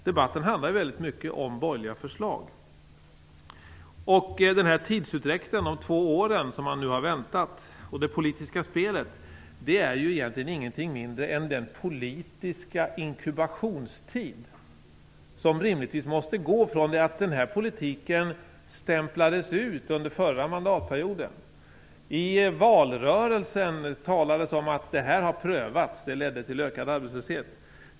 Debatten handlar till stor del om borgerliga förslag, som Anne Wibble mycket riktigt påpekade. Denna tidsutdräkt - jag tänker på de två år som man nu har väntat och på det politiska spelet - är egentligen ingenting mindre än den politiska inkubationstid som rimligtvis måste vara efter det att den här politiken stämplades ut under förra mandatperioden. I valrörelsen talades det om att detta hade prövats och att det ledde till ökad arbetslöshet.